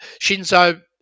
Shinzo